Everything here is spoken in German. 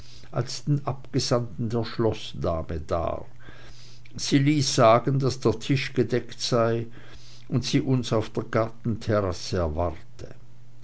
als den abgesandten der schloßdame dar sie ließ sagen daß der tisch gedeckt sei und sie uns auf der gartenterrasse erwarte